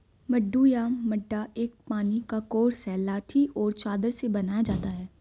मड्डू या मड्डा एक पानी का कोर्स है लाठी और चादर से बनाया जाता है